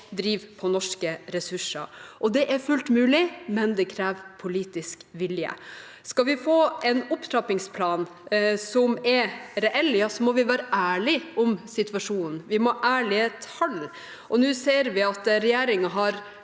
og å drive på norske ressurser. Det er fullt mulig, men det krever politisk vilje. Skal vi få en opptrappingsplan som er reell, må vi være ærlig om situasjonen. Vi må ha ærlige tall. Nå ser vi at regjeringen har